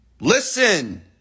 Listen